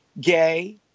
gay